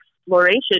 exploration